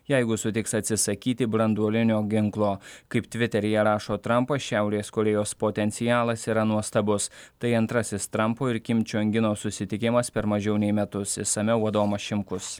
jeigu sutiks atsisakyti branduolinio ginklo kaip tviteryje rašo trampas šiaurės korėjos potencialas yra nuostabus tai antrasis trampo ir kim čiong ino susitikimas per mažiau nei metus išsamiau adomas šimkus